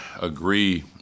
agree